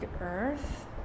earth